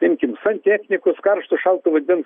imkim santechnikus karšto šalto vandens